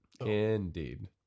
indeed